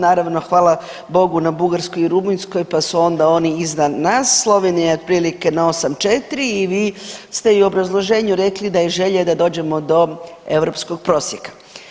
Naravno hvala Bogu na Bugarskoj i Rumunjskoj, pa su onda oni iznad nas, Slovenija je otprilike na 8,4 i vi ste i u obrazloženju rekli da je želja da dođemo do europskog prostora.